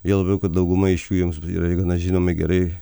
juo labiau kad dauguma iš jų jums yra gana žinomi gerai